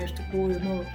iš tikrųjų nu